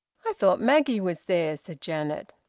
i thought maggie was there, said janet.